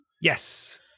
Yes